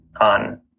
on